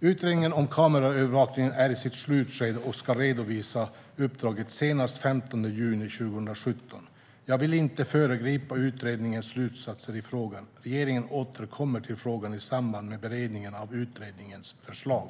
Utredningen om kameraövervakning är i sitt slutskede och ska redovisa uppdraget senast den 15 juni 2017. Jag vill inte föregripa utredningens slutsatser i frågan. Regeringen återkommer till frågan i samband med beredningen av utredningens förslag.